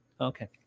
Okay